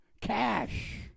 cash